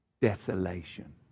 Desolation